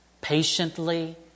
patiently